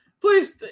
Please